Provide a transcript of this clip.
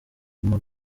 guma